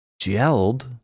gelled